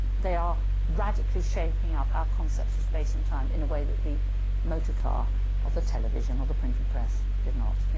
they are radically shaking up our concepts of space and time in a way that the motor car or the television or the printing press did not.